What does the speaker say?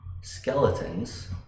skeletons